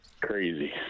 crazy